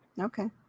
Okay